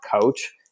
coach